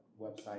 Website